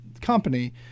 company